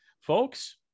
folks